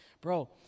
Bro